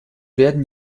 werden